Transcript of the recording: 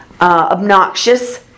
obnoxious